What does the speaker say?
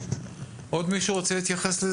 עוד מישהו רוצה להתייחס?